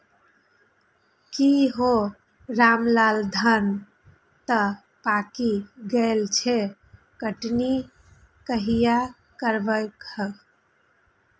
की हौ रामलाल, धान तं पाकि गेल छह, कटनी कहिया करबहक?